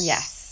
Yes